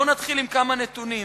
בואו נתחיל בכמה נתונים.